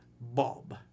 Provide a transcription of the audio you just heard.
Bob